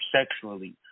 sexually